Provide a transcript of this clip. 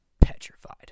Petrified